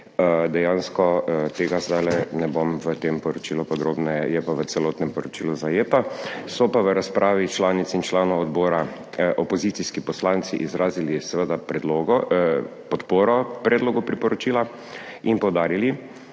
dejansko tega zdajle ne bom v tem poročilu, podrobneje je pa v celotnem poročilu zajeta. So pa v razpravi članic in članov odbora opozicijski poslanci izrazili seveda predlogo podporo predlogu priporočila in poudarili,